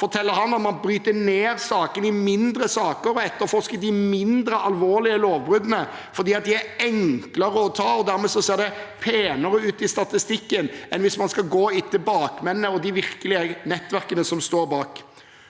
forteller han, bryter man ned sakene i mindre saker og etterforsker de mindre alvorlige lovbruddene fordi de er enklere å ta. Dermed ser det penere ut i statistikken enn om man skal gå etter bakmennene og de virkelige nettverkene som står bak.